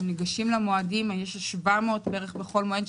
יש כ-700 בכל מועד.